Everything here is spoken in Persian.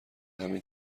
همین